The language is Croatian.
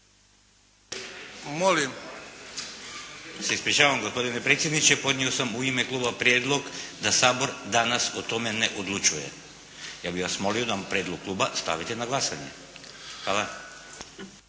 Ja se ispričavam gospodine predsjedniče. Podnio sam u ime Kluba prijedlog da Sabor danas o tome ne odlučuje. Ja bih vas molio da prijedlog Kluba stavite na glasanje. Hvala.